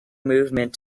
movement